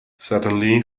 suddenly